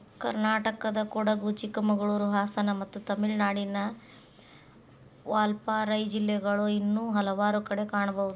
ಕರ್ನಾಟಕದಕೊಡಗು, ಚಿಕ್ಕಮಗಳೂರು, ಹಾಸನ ಮತ್ತು ತಮಿಳುನಾಡಿನ ವಾಲ್ಪಾರೈ ಜಿಲ್ಲೆಗಳು ಇನ್ನೂ ಹಲವಾರು ಕಡೆ ಕಾಣಬಹುದು